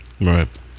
Right